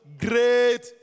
great